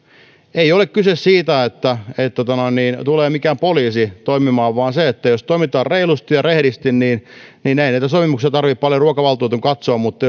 ei ole kyse siitä että tulee mikään poliisi toimimaan vaan jos toimitaan reilusti ja rehdisti niin niin ei näitä sopimuksia tarvitse paljon ruokavaltuutetun katsoa mutta